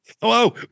hello